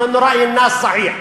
ובפרט שדעת האנשים קולעת.